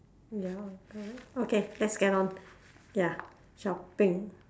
ya alright okay let's get on ya shopping